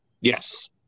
Yes